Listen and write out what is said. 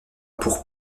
pour